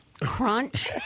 Crunch